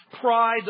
Pride